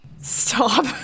Stop